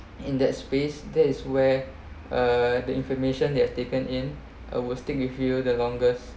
in that space that is where uh the information they have taken in uh will stick with you the longest